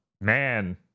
man